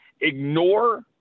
ignore